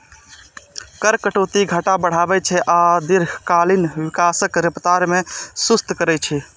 कर कटौती घाटा बढ़ाबै छै आ दीर्घकालीन विकासक रफ्तार कें सुस्त करै छै